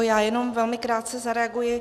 Já jenom velmi krátce zareaguji.